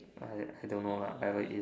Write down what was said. I I don't know lah whatever it is